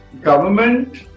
government